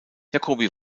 jacobi